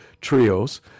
trios